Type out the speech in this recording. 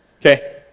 okay